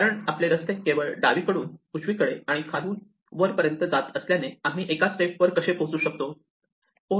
कारण आपले रस्ते केवळ डावीकडून उजवीकडे आणि खालून वरपर्यंत जात असल्याने आम्ही एका स्टेप वर कसे पोहोचू शकतो